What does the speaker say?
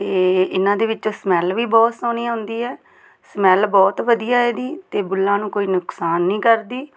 ਅਤੇ ਇਹਨਾਂ ਦੇ ਵਿੱਚੋਂ ਸਮੈਲ ਵੀ ਬਹੁਤ ਸੋਹਣੀ ਆਉਂਦੀ ਹੈ ਸਮੈਲ ਬਹੁਤ ਵਧੀਆ ਇਹਦੀ ਅਤੇ ਬੁੱਲ੍ਹਾਂ ਨੂੰ ਕੋਈ ਨੁਕਸਾਨ ਨਹੀਂ ਕਰਦੀ